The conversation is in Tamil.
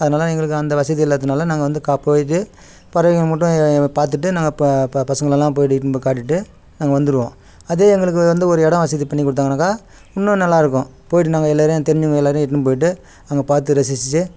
அதனால் எங்களுக்கு அந்த வசதி இல்லாத்தனால் நாங்கள் வந்து கா போய்விட்டு பறவைங்களை மட்டும் பார்த்துட்டு நாங்கள் ப ப பசங்களெல்லாம் போய்விட்டு இட்னு போய் காட்டிவிட்டு நாங்கள் வந்துடுவோம் அதே எங்களுக்கு வந்து ஒரு இடம் வசதி பண்ணிக் கொடுத்தாங்கனாக்கா இன்னும் நல்லா இருக்கும் போய்விட்டு நாங்கள் எல்லாேரையும் தெரிஞ்சவங்க எல்லாேரையும் இட்னு போய்விட்டு அங்கே பார்த்து ரசிச்சிச்சு